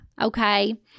Okay